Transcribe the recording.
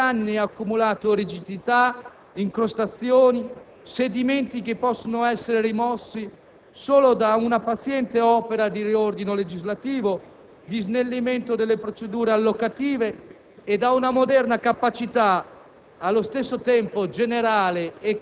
Il bilancio pubblico nel corso degli anni ha accumulato rigidità, incrostazioni, sedimenti che possono essere rimossi solo da una paziente opera di riordino legislativo, di snellimento delle procedure allocative e da una moderna capacità,